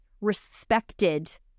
respected